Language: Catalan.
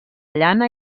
llana